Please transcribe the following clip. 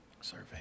Survey